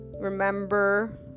remember